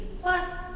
plus